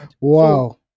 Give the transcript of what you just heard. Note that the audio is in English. wow